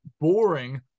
boring